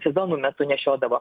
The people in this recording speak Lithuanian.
sezonų metu nešiodavo